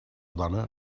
dona